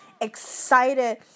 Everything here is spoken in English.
excited